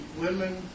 women